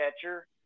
catcher